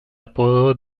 apodo